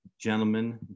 gentlemen